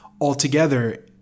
altogether